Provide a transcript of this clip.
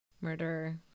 murderer